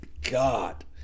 God